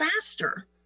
faster